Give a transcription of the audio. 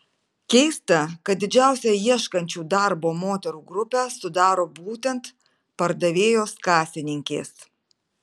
keista kad didžiausią ieškančių darbo moterų grupę sudaro būtent pardavėjos kasininkės